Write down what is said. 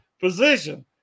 position